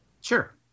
Sure